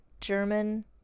German